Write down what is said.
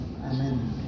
amen